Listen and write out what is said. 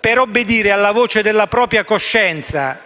per obbedire alla voce della sua coscienza